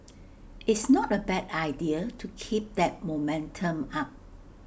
it's not A bad idea to keep that momentum up